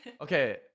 Okay